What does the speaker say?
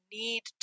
need